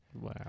Wow